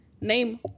Name